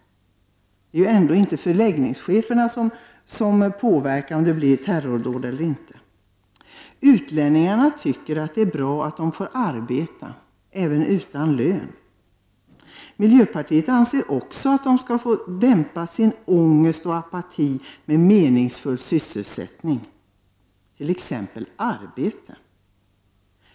Det är ändå inte förläggningscheferna som har inflytande över om det blir terrordåd eller inte. Utlänningarna tycker att det är bra att de får arbeta, även utan lön. Också miljöpartiet anser att de asylsökande skall få dämpa sin ångest och apati med meningsfull sysselsättning, t.ex. genom att arbeta.